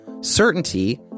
Certainty